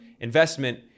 investment